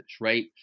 right